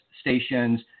stations